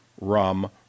rum